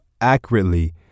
accurately